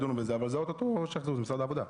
אבל זה או-טו-טו שייך למשרד העבודה.